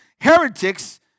heretics